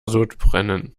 sodbrennen